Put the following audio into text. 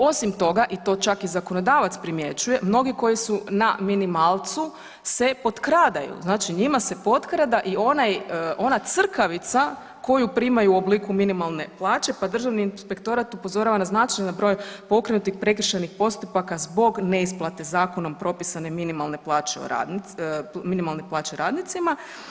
Osim toga i to čak i zakonodavac primjećuje, mnogi koji su na minimalcu se potkradaju, znači njima se potkrada i ona crkavica koju primaju u obliku minimalne plaće, pa Državni inspektorat upozorava na značajan broj pokrenutih prekršajnih postupaka zbog neisplate zakonom propisane minimalne plaće radnicima.